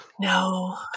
No